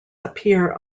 appear